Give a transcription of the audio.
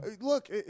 Look